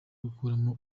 gukurana